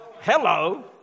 hello